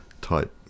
type